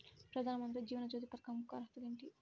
ప్రధాన మంత్రి జీవన జ్యోతి పథకంకు అర్హతలు ఏమిటి?